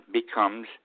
becomes